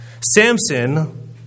Samson